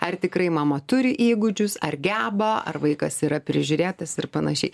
ar tikrai mama turi įgūdžius ar geba ar vaikas yra prižiūrėtas ir panašiai